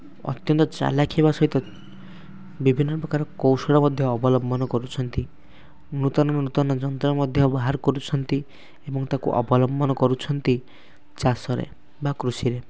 ଅତ୍ଯନ୍ତ ଚାଲାକ୍ ହେବା ସହିତ ବିଭିନ୍ନ ପ୍ରକାର କୌଶଳ ମଧ୍ୟ ଅବଲମ୍ବନ କରୁଛନ୍ତି ନୂତନ ନୂତନ ଯନ୍ତ୍ର ମଧ୍ୟ ବାହାର କରୁଛନ୍ତି ଏବଂ ତାକୁ ଅବଲମ୍ବନ କରୁଛନ୍ତି ଚାଷରେ ବା କୃଷିରେ